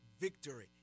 victory